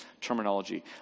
terminology